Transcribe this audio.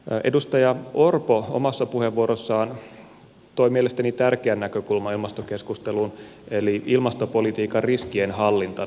edustaja orpo omassa puheenvuorossaan toi mielestäni tärkeän näkökulman ilmastokeskusteluun eli ilmastopolitiikan riskien hallintana